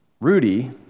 Rudy